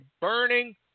burning